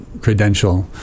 credential